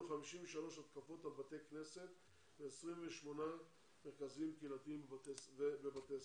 53 התקפות על בתי כנסת ו-28 מרכזים קהילתיים ובתי ספר.